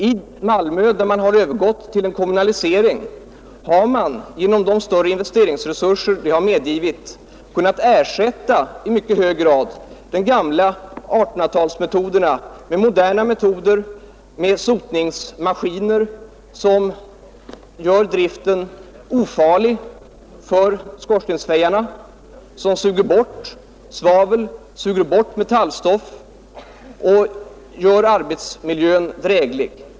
I Malmö, där sotningen som sagt är kommunaliserad, har man genom de större investeringsresuser som detta medfört i mycket hög grad kunnat ersätta den gamla sortens sotning med moderna metoder, t.ex. med sotningsmaskiner som gör arbetet ofarligt för skorstensfejarna och som suger bort svavel och metallstoff och gör arbetsmiljön dräglig.